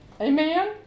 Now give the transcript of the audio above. Amen